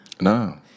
No